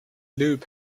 loop